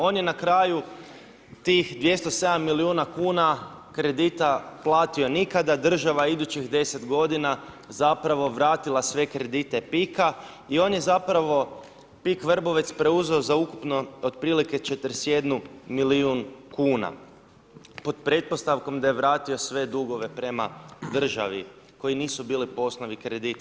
On je na kraju tih 207 milijuna kuna kredita platio nikada, država idućih 10 g. zapravo vratila sve kredite Pika i on je zapravo Pik Vrbovec preuzeo za ukupno otprilike 41 milijun kuna, pod pretpostavkom da je vratio sve dugove prema državi, koji nisu bili po osnovi kredita.